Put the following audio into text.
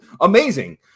amazing